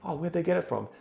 ah where'd they get it from?